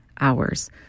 hours